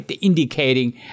Indicating